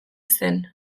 zen